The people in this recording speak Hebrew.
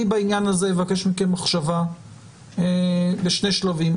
אני בעניין הזה אבקש מכם מחשבה לשני שלבים.